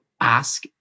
ask